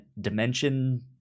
dimension